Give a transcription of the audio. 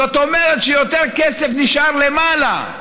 זאת אומרת שיותר כסף נשאר למעלה.